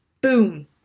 boom